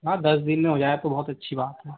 हाँ दस दिन में हो जाए तो बहुत अच्छी बात है